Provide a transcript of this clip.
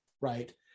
right